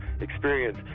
experience